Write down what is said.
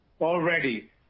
Already